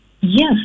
yes